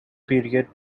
period